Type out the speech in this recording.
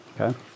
Okay